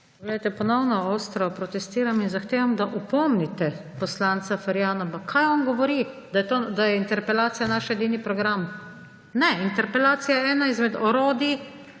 (PS Levica): Ponovno ostro protestiram in zahtevam, da opomnite poslanca Ferjana. Pa kaj on govori?! Da je interpelacija naš edini program? Ne! Interpelacija je eno izmed orodij